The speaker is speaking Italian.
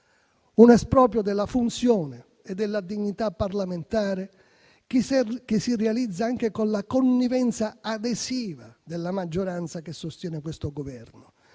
un esproprio della funzione e della dignità parlamentari che si realizza anche con la connivenza adesiva della maggioranza che sostiene questo Governo,